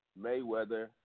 Mayweather